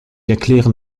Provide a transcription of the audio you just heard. erklären